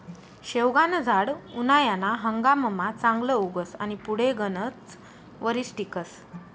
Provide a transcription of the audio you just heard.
शेवगानं झाड उनायाना हंगाममा चांगलं उगस आनी पुढे गनच वरीस टिकस